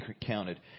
counted